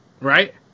Right